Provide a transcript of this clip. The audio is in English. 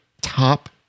top